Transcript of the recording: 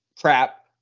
crap